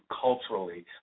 culturally